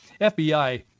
FBI